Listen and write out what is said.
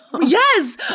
Yes